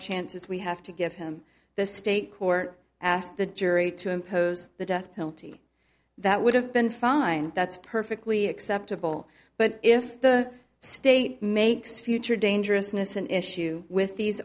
chances we have to give him the state court asked the jury to impose the death penalty that would have been fine that's perfectly acceptable but if the state makes future dangerousness an issue with these